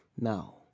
now